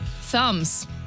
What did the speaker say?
thumbs